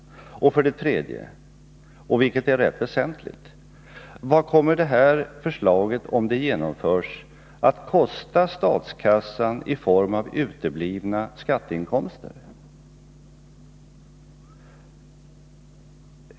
3. Detta är rätt väsentligt: Vad kommer det här förslaget, om det genomförs, att kosta statskassan i form av uteblivna skatteinkomster?